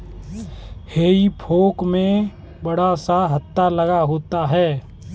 हेई fork में बड़ा सा हत्था लगा होता है